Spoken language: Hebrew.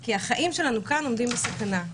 כי החיים שלנו כאן עומדים בסכנה,